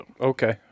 Okay